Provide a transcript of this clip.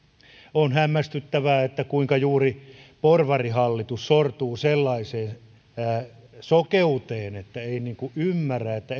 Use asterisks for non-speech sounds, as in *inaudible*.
on hämmästyttävää kuinka juuri porvarihallitus sortuu sellaiseen sokeuteen että ei ymmärrä että *unintelligible*